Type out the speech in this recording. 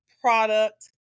product